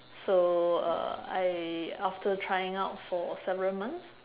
so uh I after trying out for several months